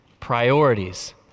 Priorities